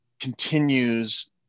continues